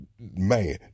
man